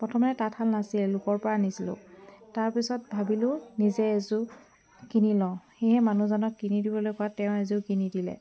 প্ৰথমতে তাঁতশাল নাছিল লোকৰপৰা আনিছিলোঁ তাৰ পিছত ভাবিলোঁ নিজেই এযোৰ কিনি লওঁ সেয়েহে মানুহজনক কিনি দিবলৈ কোৱাত তেওঁ এযোৰ কিনি দিলে